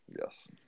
yes